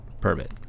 permit